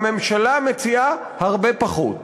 הממשלה מציעה הרבה פחות.